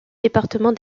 département